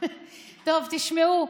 טוב, תשמעו,